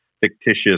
fictitious